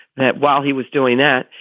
that while he was doing that,